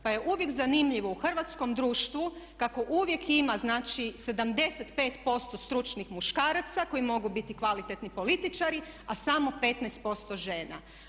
Pa je uvijek zanimljivo u hrvatskom društvu kako uvijek ima znači 75% stručnih muškaraca koji mogu biti kvalitetni političari a samo 15% žena.